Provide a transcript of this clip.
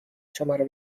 شماره